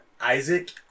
Isaac